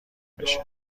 بشه